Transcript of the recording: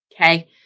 Okay